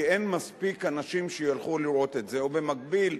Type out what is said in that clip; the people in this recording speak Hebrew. כי אין מספיק אנשים שילכו לראות את זה, או במקביל,